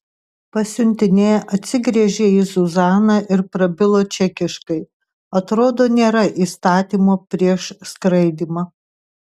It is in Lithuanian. pasiuntinė atsigręžė į zuzaną ir prabilo čekiškai atrodo nėra įstatymo prieš skraidymą